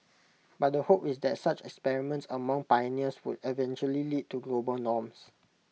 but the hope is that such experiments among pioneers would eventually lead to global norms